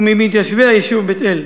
וממתיישבי היישוב בית-אל.